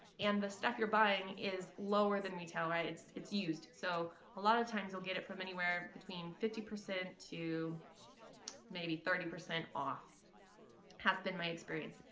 and the stuff you're buying is lower than retail right? it's it's used, so a lot of times you'll get it from anywhere between fifty percent to maybe thirty percent off has been my experience.